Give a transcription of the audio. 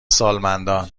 سالمندان